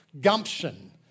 gumption